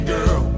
Girl